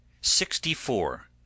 sixty-four